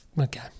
okay